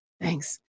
thanks